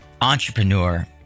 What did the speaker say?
entrepreneur